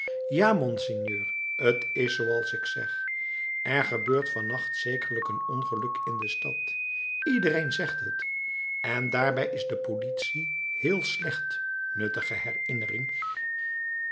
ja monseigneur t is zooals ik zeg er gebeurt van nacht zekerlijk een ongeluk in de stad iedereen zegt het en daarbij is de politie heel slecht